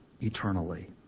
eternally